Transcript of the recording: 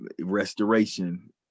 restoration